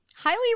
Highly